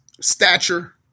stature